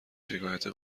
شکایت